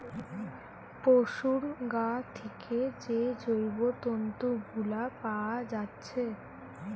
পোশুর গা থিকে যে জৈব তন্তু গুলা পাআ যাচ্ছে